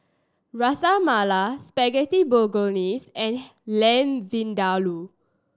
Ras Malai Spaghetti Bolognese and Lamb Vindaloo